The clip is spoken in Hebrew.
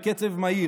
בקצב מהיר.